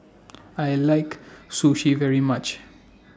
I like Sushi very much